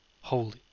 holy